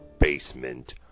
basement